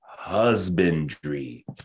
Husbandry